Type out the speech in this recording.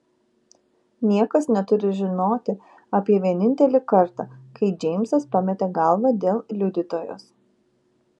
niekas neturi žinoti apie vienintelį kartą kai džeimsas pametė galvą dėl liudytojos